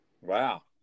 Wow